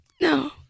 No